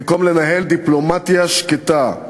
במקום לנהל דיפלומטיה שקטה,